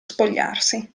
spogliarsi